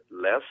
less